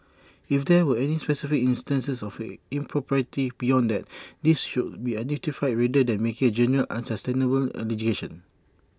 if there were any specific instances of impropriety beyond that these should be identified rather than making general unsubstantiated allegations